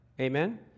Amen